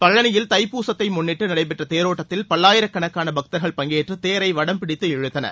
பழனியில் தைப்பூசத்தை முன்னிட்டு நடைபெற்ற தேரோட்டத்தில் பல்லாயிரக்கணக்கான பக்தர்கள் பங்கேற்று தேரை வடம் பிடித்து இழுத்தனர்